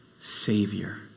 Savior